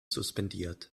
suspendiert